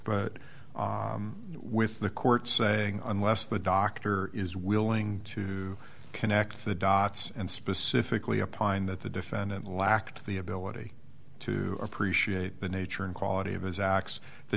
but with the court saying unless the doctor is willing to connect the dots and specifically upon that the defendant lacked the ability to appreciate the nature and quality of his acts the